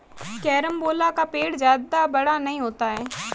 carambola का पेड़ जादा बड़ा नहीं होता